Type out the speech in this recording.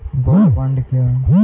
Gold bond क्या है?